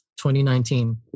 2019